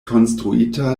konstruita